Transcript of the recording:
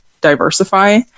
diversify